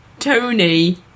Tony